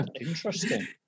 Interesting